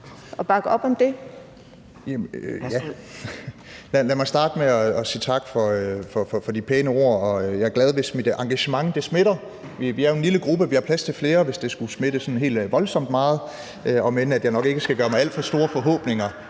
Lad mig starte med at sige tak for de pæne ord, og jeg er glad, hvis mit engagement smitter. Vi er jo en lille gruppe, og vi har plads til flere, hvis det skulle smitte sådan helt voldsomt meget, om end jeg nok ikke skal gøre mig alt for store forhåbninger,